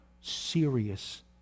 serious